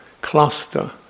cluster